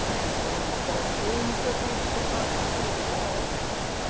and when the first beams were bridged across two walls.